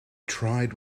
tried